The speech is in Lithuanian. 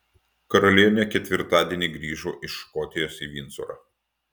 karalienė ketvirtadienį grįžo iš škotijos į vindzorą